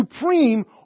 supreme